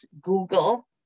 Google